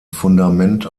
fundament